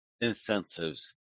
incentives